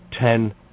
Ten